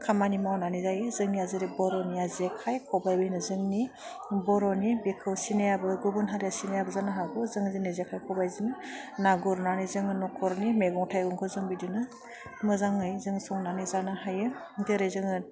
खामानि मावनानै जायो जोंनिया जेरै बर'निया जेखाय खबाइ बेनो जोंनि बर'नि बेखौ सिनायाबो गुबुन हारिया सिनायाबो जानो हागौ जों दिनै जेखाय खबाइजों ना गुरनानै जोङो नख'रनि मेगं थाइगंखौ जों बिदिनो मोजाङै जों संनानै जानो हायो जेरै जोङो